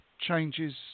changes